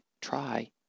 try